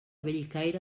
bellcaire